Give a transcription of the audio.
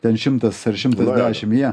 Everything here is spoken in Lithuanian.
ten šimtas ar šimtas dešimt jie